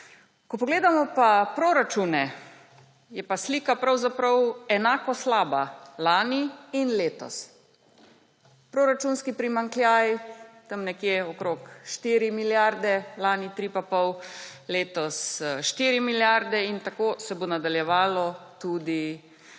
Ko pogledamo pa proračune, je pa slika pravzaprav enako slaba lani in letos. Proračunski primanjkljaj je tam nekje okrog 4 milijarde, lani 3,5, letos 4 milijarde in tako se bo nadaljevalo tudi